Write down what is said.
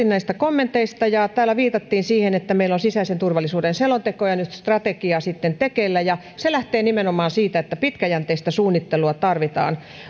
näistä kommenteista täällä viitattiin siihen että meillä on sisäisen turvallisuuden selonteko ja nyt strategia sitten tekeillä ja se lähtee nimenomaan siitä että pitkäjänteistä suunnittelua tarvitaan